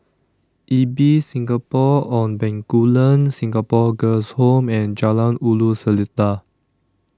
Ibis Singapore on Bencoolen Singapore Girls' Home and Jalan Ulu Seletar